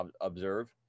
observe